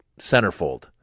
centerfold